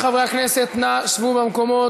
חברי חברי הכנסת, נא שבו במקומות.